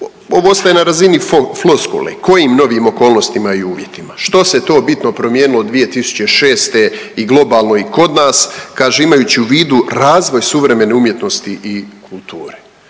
ovo ostaje na razini floskule, kojim novim okolnostima i uvjetima? Što se to bitno promijenilo od 2006. i globalno i kod nas, kaže imajući u vidu razvoj suvremene umjetnosti i kulture.